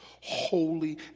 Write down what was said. Holy